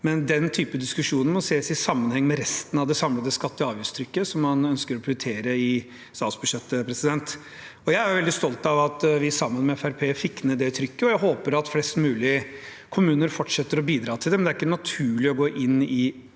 men den typen diskusjon må ses i sammenheng med resten av det samlede skatte- og avgiftstrykket som man ønsker å prioritere i statsbudsjettet. Jeg er veldig stolt av at vi, sammen med Fremskrittspartiet, fikk ned det trykket, og jeg håper at flest mulig kommuner fortsetter å bidra til det,